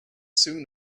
soon